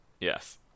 Yes